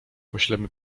poślemy